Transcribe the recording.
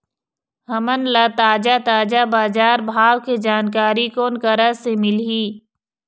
हमन ला ताजा ताजा बजार भाव के जानकारी कोन करा से मिलही?